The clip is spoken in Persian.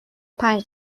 پنج